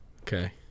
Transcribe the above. Okay